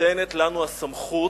ניתנת לנו הסמכות